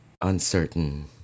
uncertain